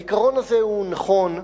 העיקרון הזה הוא נכון,